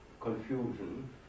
confusion